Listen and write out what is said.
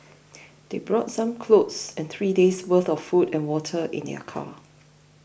they brought some clothes and three days worth of food and water in their car